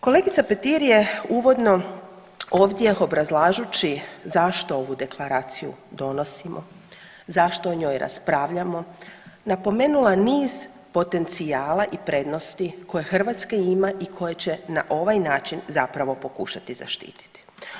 Kolegica Petir je uvodno ovdje obrazlažući zašto ovu deklaraciju donosimo, zašto o njoj raspravljamo napomenula niz potencijala i prednosti koje Hrvatska ima i na koje će na ovaj način zapravo pokušati zaštititi.